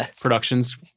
Productions